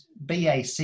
BAC